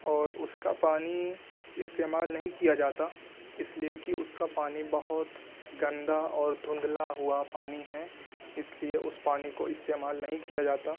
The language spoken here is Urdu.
اور اس کا پانی استعمال نہیں کیا جاتا اس لیے کہ اس کا پانی بہت گندہ اور دھندھلا ہوا پانی ہے اس لیے اس پانی کو استعمال نہیں کیا جاتا